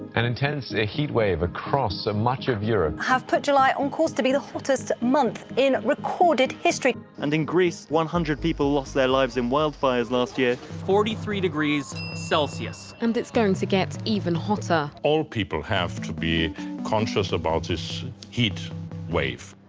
an intense ah heat wave across ah much of europe. have put july on course to be the hottest month in recorded history. and in greece, one hundred people lost their lives in wildfires last year. forty three degrees celsius. and it's going to get even hotter. all people have to be conscious about this heat wave.